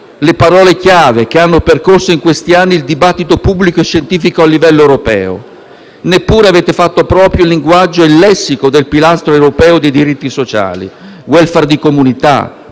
le parole chiave che hanno percorso in questi anni il dibattito pubblico e scientifico a livello europeo. Neppure avete fatto proprio il linguaggio e il lessico del pilastro europeo dei diritti sociali: *welfare* di comunità,